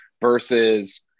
versus